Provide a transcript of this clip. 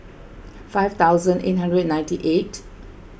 five thousand eight hundred and ninety eight